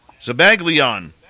Zabaglion